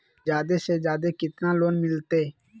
जादे से जादे कितना लोन मिलते?